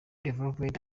development